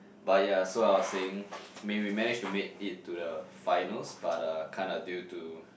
but ya so I was saying I mean we managed to made it to the finals but uh kind of due to